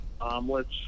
omelets